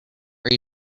are